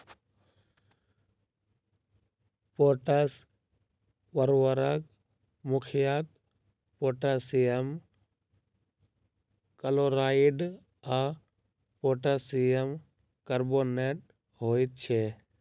potash उर्वरक मुख्यतः potassium chloride आ पोटासियम कार्बोनेट होइत छै